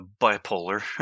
bipolar